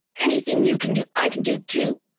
anything you can do, i can do, too!